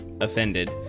offended